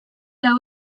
lau